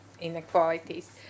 inequalities